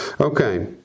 Okay